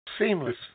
Seamless